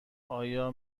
آیا